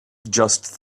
just